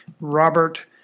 robert